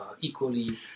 equally